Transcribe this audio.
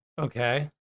Okay